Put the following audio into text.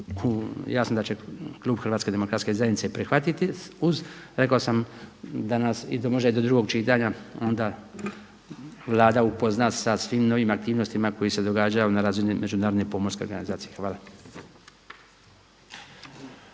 jasno da će Klub Hrvatske demokratske zajednice prihvatiti uz rekao sam da nas može i do drugog čitanja onda Vlada upoznati sa svim drugim aktivnostima koje su se događale na razini Međunarodne pomorske organizacije. Hvala.